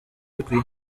bikwiye